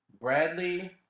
Bradley